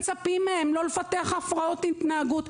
לאחר כל זה מצפים מהם לא לפתח הפרעות התנהגות.